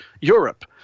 Europe